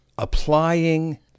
applying